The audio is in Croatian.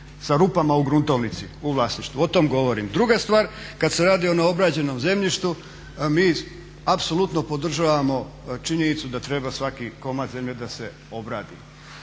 sa rupama u gruntovnici u vlasništvu. O tom govorim. Druga stvar, kad se radi o neobrađenom zemljištu mi apsolutno podržavamo činjenicu da treba svaki komad zemlje da se obradi.